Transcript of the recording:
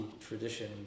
tradition